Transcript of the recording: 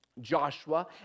Joshua